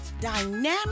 Dynamic